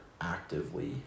actively